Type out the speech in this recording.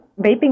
vaping